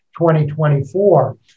2024